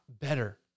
better